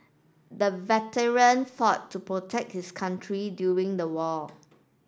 the veteran fought to protect his country during the war